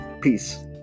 peace